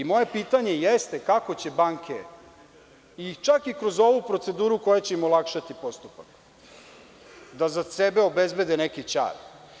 Moje pitanje jeste, kako će banke i čak i kroz ovu proceduru koja će im olakšati postupak da za sebe obezbede neki ćar?